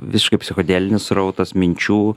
visiškai psichodelinis srautas minčių